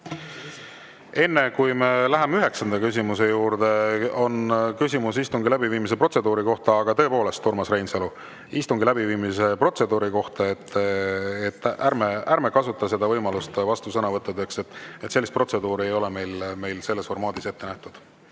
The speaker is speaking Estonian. Enne, kui me läheme üheksanda küsimuse juurde, on küsimus istungi läbiviimise protseduuri kohta, aga tõepoolest, Urmas Reinsalu, istungi läbiviimise protseduuri kohta. Ärme kasutame seda võimalust vastusõnavõttudeks. Sellist protseduuri ei ole meil selles formaadis ette nähtud.